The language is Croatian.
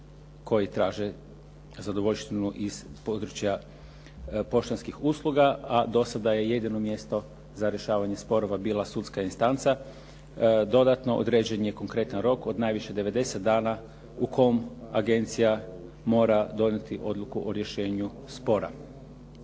koji traže zadovoljštinu iz područja poštanskih usluga. A do sada je jedino mjesto za rješavanje sporova bila sudska instanca. Dodatno određen je konkretan rok od najviše 90 dana u kom agencija mora donijeti odluku o rješenju spora.